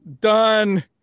done